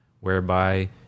whereby